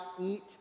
eat